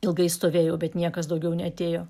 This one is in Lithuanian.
ilgai stovėjau bet niekas daugiau neatėjo